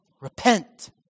Repent